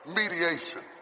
mediation